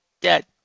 dead